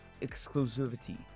exclusivity